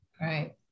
Right